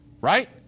right